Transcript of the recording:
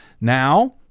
Now